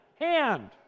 Hand